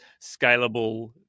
scalable